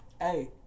Hey